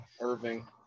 Irving